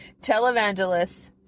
televangelists